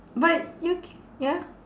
but you ca~ ya